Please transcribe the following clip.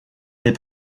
des